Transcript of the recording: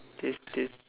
tastiest